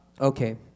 Okay